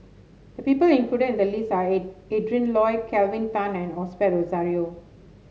the people included in the list are A Adrin Loi Kelvin Tan and Osbert Rozario